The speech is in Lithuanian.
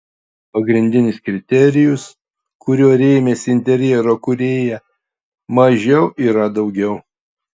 pagrindinis kriterijus kuriuo rėmėsi interjero kūrėja mažiau yra daugiau